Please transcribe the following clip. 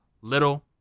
little